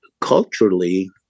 culturally